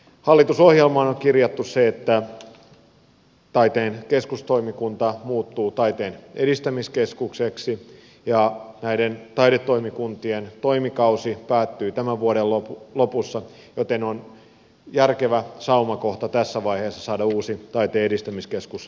hallitusohjelmaan on kirjattu se että taiteen keskustoimikunta muuttuu taiteen edistämiskeskukseksi ja näiden taidetoimikuntien toimikausi päättyy tämän vuoden lopussa joten tässä vaiheessa on järkevä saumakohta saada uusi taiteen edistämiskeskus käyntiin